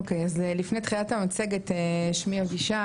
אוקי, אז לפני תחילת המצגת, שמי אבישג